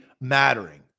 mattering